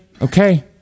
okay